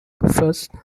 first